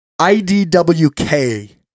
IDWK